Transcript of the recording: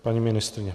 Paní ministryně.